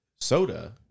soda